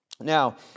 Now